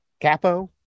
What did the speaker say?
capo